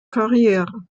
karriere